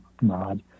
nod